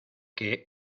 que